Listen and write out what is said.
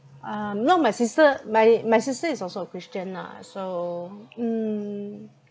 um no my sister my my sister is also a christian ah so mm